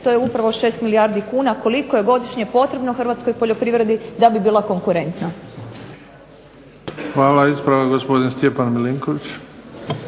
to je upravo 6 milijardi kuna, koliko je godišnje potrebno hrvatskoj poljoprivredi da bi bila konkurentna. **Bebić, Luka (HDZ)** Hvala. Ispravak, gospodin Stjepan Milinković.